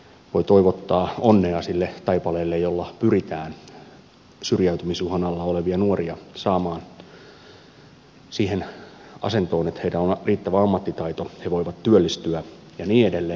voin toivottaa onnea sille taipaleelle jolla pyritään syrjäytymisuhan alla olevia nuoria saamaan siihen asentoon että heillä on riittävä ammattitaito he voivat työllistyä ja niin edelleen